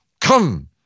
Come